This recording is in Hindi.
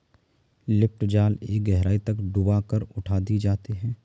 लिफ्ट जाल एक गहराई तक डूबा कर उठा दिए जाते हैं